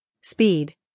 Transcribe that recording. Speed